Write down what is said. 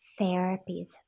therapies